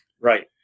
Right